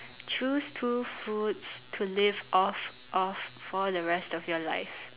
choose two foods to live off of for the rest of your life